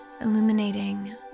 illuminating